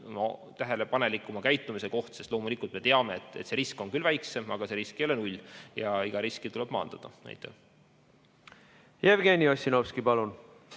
tähelepanelikuma käitumise koht. Loomulikult me teame, et risk on küll väiksem, aga see risk ei ole null ja iga riski tuleb maandada. Jevgeni Ossinovski, palun!